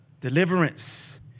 Deliverance